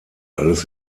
alles